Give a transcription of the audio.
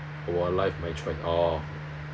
wildlife management oh